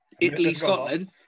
Italy-Scotland